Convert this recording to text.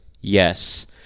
yes